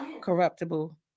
corruptible